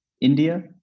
India